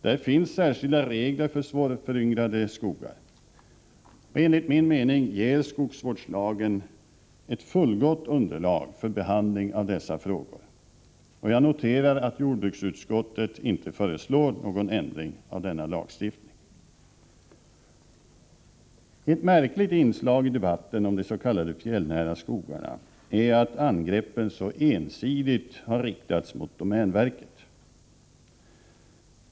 Där anges också särskilda regler för svårföryngrade skogar. Enligt min mening ger skogsvårdslagen ett fullgott underlag för behandling av dessa frågor. Jag noterar att jordbruksutskottet inte heller föreslår någon ändring av denna lagstiftning. Ett märkligt inslag i debatten om de s.k. fjällnära skogarna är att angreppen så ensidigt har riktats mot domänverket.